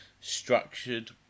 structured